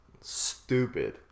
stupid